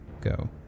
go